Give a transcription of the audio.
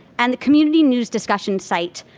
and the community news discussion site,